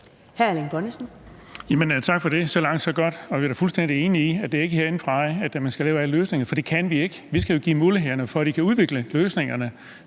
Erling Bonnesen (V) : Tak for det – så langt, så godt. Vi er da fuldstændig enige i, at det ikke er herindefra, man skal lave alle løsningerne, for det kan vi ikke. Vi skal jo give mulighederne for, at de kan udvikle løsningerne.